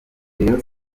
rayon